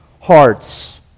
hearts